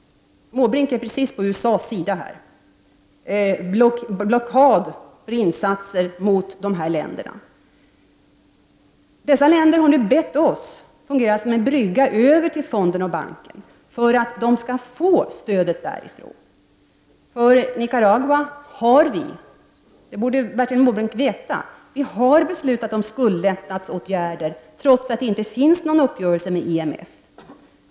Måbrink är på USA:s sida i detta sammanhang, dvs. vill ha blockadinsatser mot dessa länder. Länderna har nu bett Sverige att fungera som en brygga över till fonden och banken för att de skall kunna få stödet därifrån. För Nicaragua har vi beslutat om skuldlättnadsåtgärder — det borde Bertil Måbrink veta — trots att det inte finns någon uppgörelse med IMF.